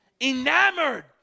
enamored